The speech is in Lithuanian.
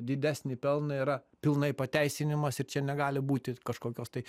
didesnį pelną yra pilnai pateisinimas ir čia negali būti kažkokios tai